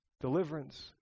deliverance